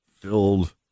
filled